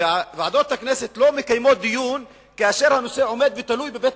ועדות הכנסת לא מקיימות דיון כאשר הנושא עומד ותלוי בבית-המשפט,